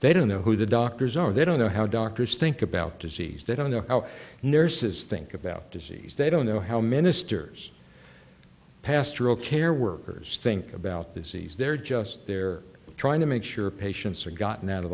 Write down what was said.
they don't know who the doctors are they don't know how doctors think about disease they don't know how nurses think about disease they don't know how ministers pastoral care workers think about this sees they're just they're trying to make sure patients are gotten out of